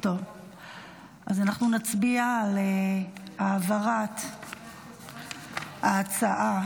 אנחנו נצביע על העברת ההצעה